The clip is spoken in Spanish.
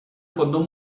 fondo